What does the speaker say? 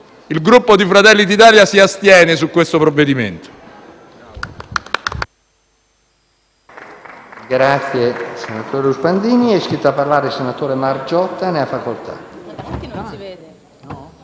il Gruppo Fratelli d'Italia si astiene su questo provvedimento.